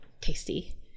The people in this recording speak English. tasty